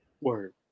Word